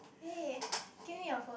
eh give me your phone